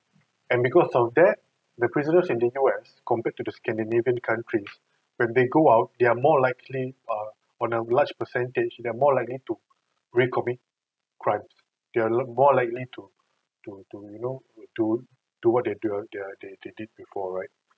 and because of that the prisoner in the U_S compared to the scandinavian countries when they go out they're more likely uh on a large percentage they're more likely to re-commit crime they're looked more likely to to to you know to to what they do uh they they did before right